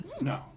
No